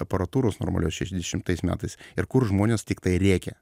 aparatūros normalios šešiasdešimtais metais ir kur žmonės tiktai rėkė